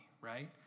right